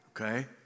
okay